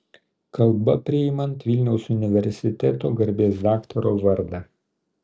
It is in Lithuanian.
kalba priimant vilniaus universiteto garbės daktaro vardą